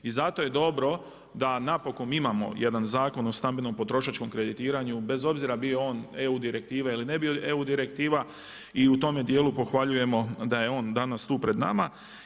I zato je dobro da napokon imamo jedan zakon o potrošačkom kreditiranju bez obzira bio on Eu direktiva ili ne bio EU direktiva, i u tome dijelu pohvaljujemo da je on danas tu pred nama.